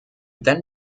then